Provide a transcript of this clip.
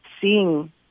seeing